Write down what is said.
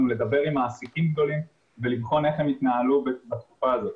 לדבר עם מעסיקים גדולים ולבחון איך הם התנהלו בתקופה הזאת.